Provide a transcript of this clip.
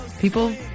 people